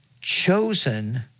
chosen